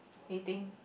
dating